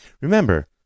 Remember